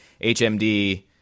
HMD